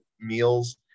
meals